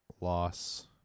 loss